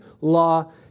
law